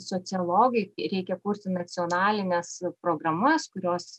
sociologai reikia kurti nacionalines programas kurios